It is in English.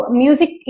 music